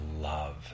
love